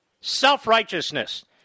self-righteousness